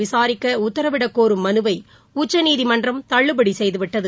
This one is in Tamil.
விசாரிக்க உத்தரவிடக்கோரும் மனுவை உச்சநீதிமன்றம் தள்ளுபடி செய்துவிட்டது